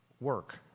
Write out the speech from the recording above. work